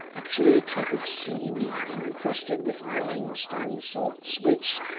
actually a type of seaweed encrusted with limestone salts, which,